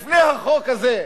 עוד לפני החוק הזה,